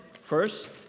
First